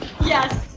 Yes